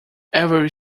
every